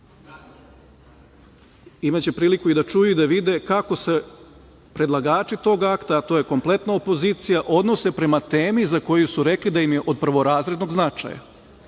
imaće da čuju i da vide kako se predlagači tog akta, a to je kompletna opozicija, odnose prema tema za koju su rekli da im je od prvorazrednog značaja. Ja